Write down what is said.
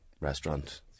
restaurant